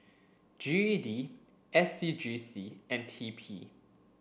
G E D S C G C and T P